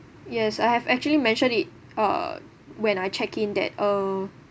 yes I have actually mentioned it uh when I check in that uh